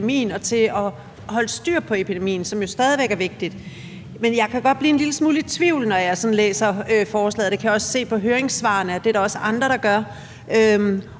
og til at holde styr på epidemien, hvilket jo stadig væk er vigtigt. Men jeg kan godt blive en lille smule i tvivl, når jeg sådan læser forslaget, og jeg kan se på høringssvarene, at det er der også andre der er,